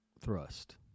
thrust